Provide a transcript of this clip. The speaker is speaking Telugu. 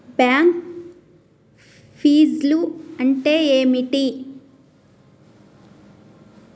బ్యాంక్ ఫీజ్లు అంటే ఏమిటి?